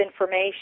information